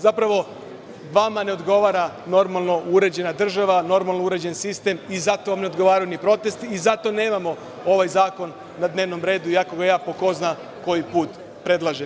Zapravo, vama ne odgovara normalno uređena država, normalno uređen sistem i zato vam ne odgovaraju protesti i zato nemamo ovaj zakon na dnevnom redu, iako ga ja po ko zna koji put predlažem.